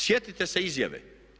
Sjetite se izjave.